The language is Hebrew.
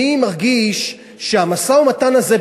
אני מרגיש שהמשא-ומתן הזה,